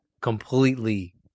completely